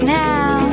now